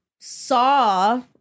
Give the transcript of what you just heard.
saw